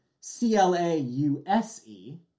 C-L-A-U-S-E